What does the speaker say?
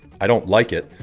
i don't like it,